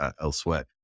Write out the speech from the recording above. elsewhere